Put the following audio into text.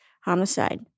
homicide